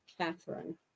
Catherine